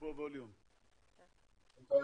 אוקיי,